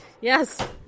Yes